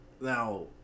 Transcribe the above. Now